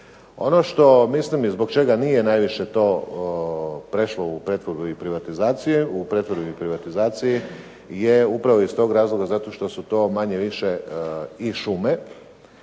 Ono što mislim i zbog čega nije najviše to prešlo u pretvorbi i privatizaciji je upravo iz tog razloga zato što su to manje više i šume